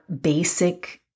basic